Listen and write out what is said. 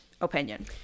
opinion